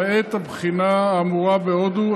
למעט הבחינה האמורה בהודו,